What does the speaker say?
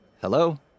Hello